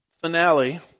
finale